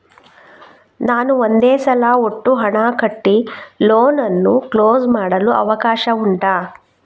ನಾನು ಒಂದೇ ಸಲ ಒಟ್ಟು ಹಣ ಕಟ್ಟಿ ಲೋನ್ ಅನ್ನು ಕ್ಲೋಸ್ ಮಾಡಲು ಅವಕಾಶ ಉಂಟಾ